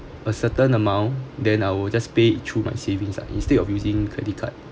a certain amount then I'll just pay through my savings lah instead of using credit card